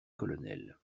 colonel